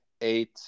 eight